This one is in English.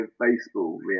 baseball